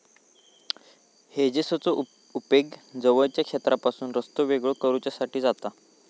हेजेसचो उपेग जवळच्या क्षेत्रापासून रस्तो वेगळो करुच्यासाठी जाता